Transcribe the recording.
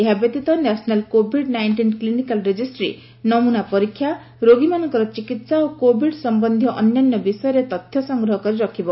ଏହା ବ୍ୟତୀତ national covid nineteen clinical registry ନମୁନା ପରୀକ୍ଷା ରୋଗୀମାନଙ୍କର ଚିକିତ୍ସା ଓ କୋବିଡ୍ ସମ୍ୟନ୍ଧୀୟ ଅନ୍ୟାନ୍ୟ ବିଷୟରେ ତଥ୍ୟ ସଂଗ୍ରହ କରି ରଖିବ